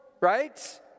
right